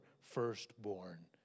firstborn